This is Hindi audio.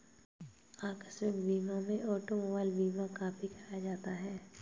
आकस्मिक बीमा में ऑटोमोबाइल बीमा काफी कराया जाता है